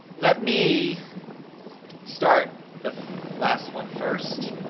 let me start the last one first